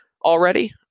already